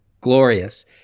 glorious